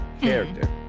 character